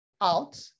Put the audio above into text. out